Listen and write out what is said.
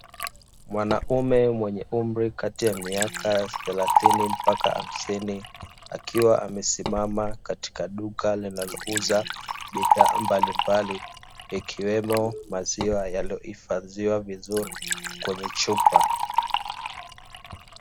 Mwanaume mwenye umri kati ya miaka thelathini mpaka hamsini, akiwa amesimama katika duka linalouza bidhaa mbalimbali, ikiwemo maziwa yaliyohifadhiwa vizuri kwenye chupa.